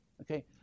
Okay